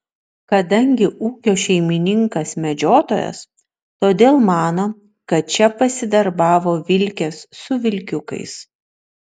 kadangi ūkio šeimininkas medžiotojas todėl mano kad čia pasidarbavo vilkės su vilkiukais